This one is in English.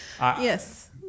Yes